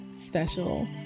special